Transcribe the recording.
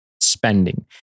spending